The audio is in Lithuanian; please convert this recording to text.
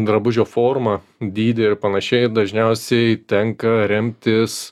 drabužio formą dydį ir panašiai dažniausiai tenka remtis